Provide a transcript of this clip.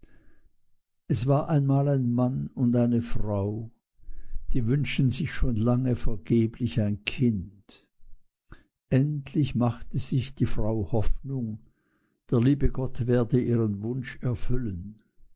es war einmal ein mann und eine frau die wünschten sich schon lange vergeblich ein kind endlich machte sich die frau hoffnung der liebe gott werde ihren wunsch erfüllen